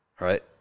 right